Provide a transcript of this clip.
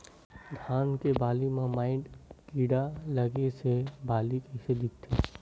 धान के बालि म माईट कीड़ा लगे से बालि कइसे दिखथे?